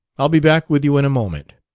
i'll be back with you in a moment.